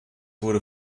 wurde